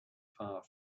far